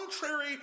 contrary